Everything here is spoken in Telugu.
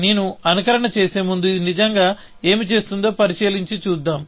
నేను అనుకరణ చేసే ముందు ఇది నిజంగా ఏమి చేస్తుందో పరిశీలించి చూద్దాం